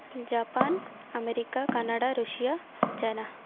Japan America Canada Russia China